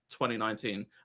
2019